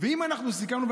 אם אנחנו סיכמנו,